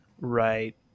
Right